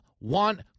want